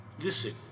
Listen